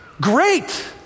Great